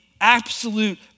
absolute